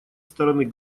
стороны